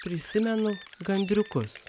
prisimenu gandriukus